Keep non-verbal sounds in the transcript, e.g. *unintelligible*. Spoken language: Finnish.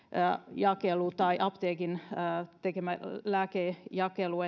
lääkejakelu tai apteekin tekemä lääkejakelu *unintelligible*